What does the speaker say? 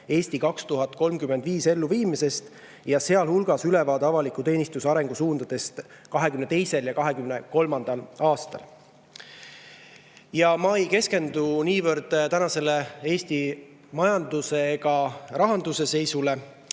"Eesti 2035" elluviimisest, sealhulgas ülevaade avaliku teenistuse arengusuundadest 2022. ja 2023. aastal. Ma ei keskendu niivõrd Eesti majanduse ega rahanduse seisule,